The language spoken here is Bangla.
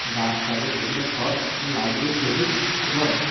গাছ থাকে সেগুলো সব লাগিয়ে ফেলি এবং